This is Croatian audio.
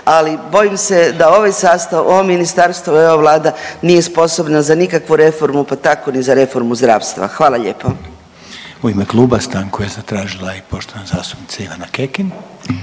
ali bojim se da ovaj sastav, ovo ministarstvo i ova Vlada nije sposobna za nikakvu reformu, pa tako ni za reformu zdravstva, hvala lijepo. **Reiner, Željko (HDZ)** U ime kluba stanku je zatražila i poštovana zastupnica Ivana Kekin.